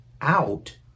out